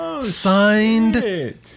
signed